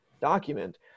document